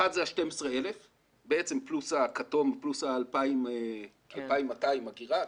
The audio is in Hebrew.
האחת, ה-12,000 פלוס הכתום, פלוס ה-2,200 אגירה,